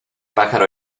pájaro